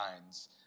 minds